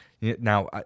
Now